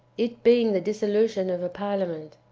it being the dissolution of a parliament.